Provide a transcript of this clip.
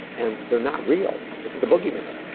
and they're not real, it's the boogie man.